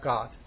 God